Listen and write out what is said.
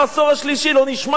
לא נשמע כדבר הזה,